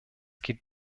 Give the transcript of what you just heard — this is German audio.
geht